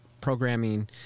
programming